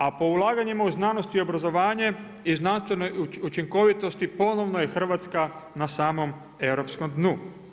A po ulaganjima u znanosti i obrazovanje i znanstvenoj učinkovitosti ponovo je Hrvatska na samom europskom dnu.